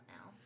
now